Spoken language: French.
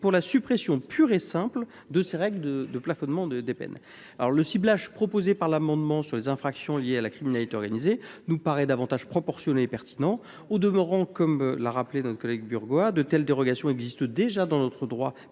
pour la suppression pure et simple de ces règles de plafonnement des peines. Le ciblage proposé par les auteurs de l’amendement sur les infractions liées à la criminalité organisée nous paraît davantage proportionné et pertinent. Au demeurant, comme l’a rappelé notre collègue Burgoa, de telles dérogations existent déjà dans notre droit